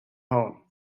home